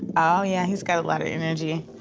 oh, yeah, he's got a lot of energy.